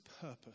purpose